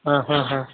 હા હા હા